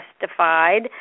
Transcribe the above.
justified